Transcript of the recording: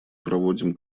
проводим